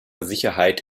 sicherheit